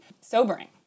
sobering